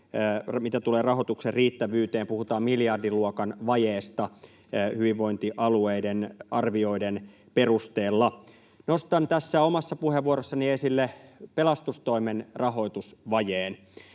mitä tulee rahoituksen riittävyyteen — puhutaan miljardiluokan vajeesta hyvinvointialueiden arvioiden perusteella. Nostan tässä omassa puheenvuorossani esille pelastustoimen rahoitusvajeen.